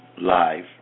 live